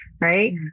right